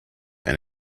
and